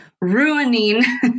ruining